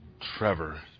Trevor